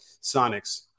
Sonics